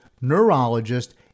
neurologist